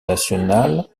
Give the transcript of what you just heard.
national